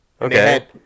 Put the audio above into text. Okay